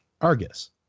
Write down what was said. Argus